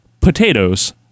potatoes